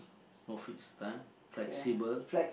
no fixed time flexible